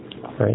Right